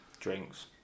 drinks